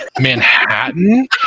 Manhattan